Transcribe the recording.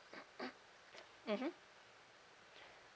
mmhmm